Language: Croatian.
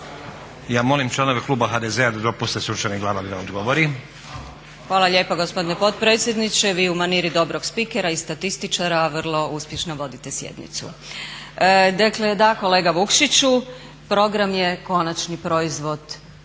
Ja molim članove kluba HDZ-a da dopuste Sunčani Glavak da odgovori. **Glavak, Sunčana (HDZ)** Hvala lijepa gospodine potpredsjedniče. Vi u maniri dobrog spikera i statističara vrlo uspješno vodite sjednicu. Dakle da, kolega Vukšiću, program je konačni proizvod